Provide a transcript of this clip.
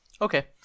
okay